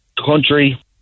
Country